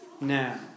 now